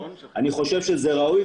אני חושב שזה ראוי,